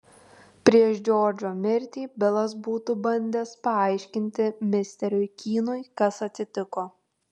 prieš džordžo mirtį bilas būtų bandęs paaiškinti misteriui kynui kas atsitiko